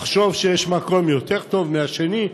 לחשוב שיש מקום יותר טוב מהשני,